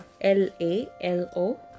L-a-l-o